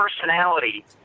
personality